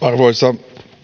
arvoisa